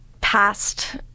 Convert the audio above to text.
past